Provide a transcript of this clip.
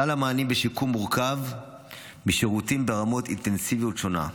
סל המענים בשיקום מורכב משירותים ברמות אינטנסיביות שונות,